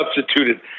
substituted